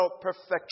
perfection